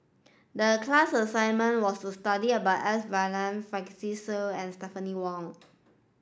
the class assignment was to study about S Varathan Francis Seow and Stephanie Wong